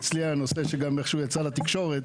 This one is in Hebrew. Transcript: אצלי היה נושא שגם איכשהו יצא לתקשורת,